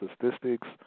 statistics